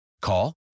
Call